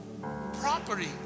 property